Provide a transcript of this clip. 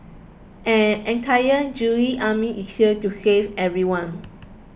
an entire Jedi Army is here to save everyone